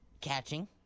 catching